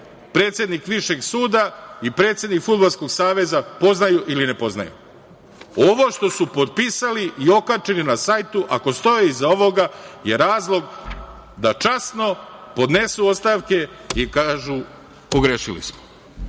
predsednik Višeg suda i predsednik Fudbalskog saveza poznaju ili ne poznaju. Ovo što su potpisali i okačili na sajtu, ako stoje iza ovoga, je razlog da časno podnesu ostavke i kažu – pogrešili smo.